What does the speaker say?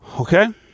Okay